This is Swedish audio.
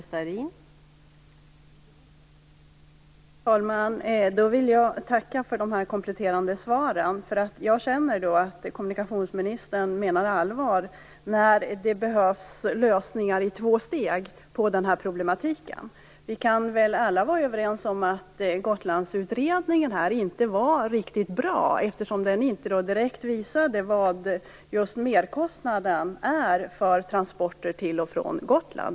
Fru talman! Jag vill tacka för de kompletterande svaren. Jag känner att kommunikationsministern menar allvar i fråga om att det behövs lösningar i två steg på dessa problem. Vi kan väl alla vara överens om att Gotlandsutredningen inte var riktigt bra. Den visade inte direkt merkostnaden för transporter till och från Gotland.